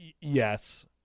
yes